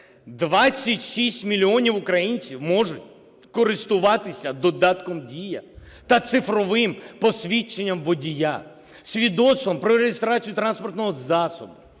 26 мільйонів українців можуть користуватися додатком "Дія" та цифровим посвідченням водія, свідоцтвом про реєстрацію транспортного засобу,